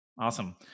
Awesome